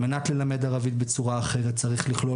על מנת ללמד ערבית בצורה אחרת צריך לכלול